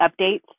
updates